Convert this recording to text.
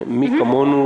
מי כמונו,